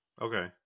Okay